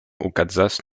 okazas